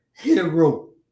hero